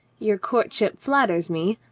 your courtship flatters me,